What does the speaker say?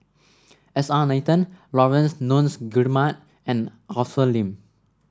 S R Nathan Laurence Nunns Guillemard and Arthur Lim